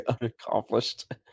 unaccomplished